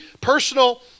personal